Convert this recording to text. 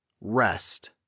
Rest